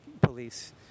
police